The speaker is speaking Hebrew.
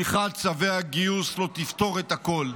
שליחת צווי הגיוס לא תפתור את הכול,